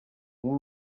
umwe